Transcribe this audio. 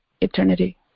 eternity